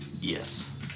Yes